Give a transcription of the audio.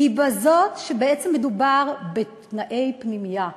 היא בכך שבעצם מדובר בתנאי פנימייה.